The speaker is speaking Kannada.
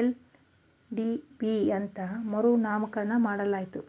ಎಲ್.ಡಿ.ಬಿ ಅಂತ ಮರು ನಾಮಕರಣ ಮಾಡಲಾಯಿತು